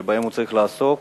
שבהם הוא צריך לעסוק.